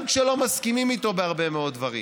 גם כשלא מסכימים איתו בהרבה מאוד דברים.